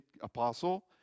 apostle